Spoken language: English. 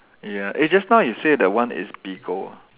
ya eh just now you say that one is Bigo ah